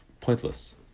pointless